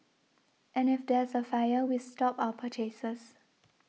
and if there's a fire we stop our purchases